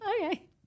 Okay